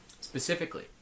specifically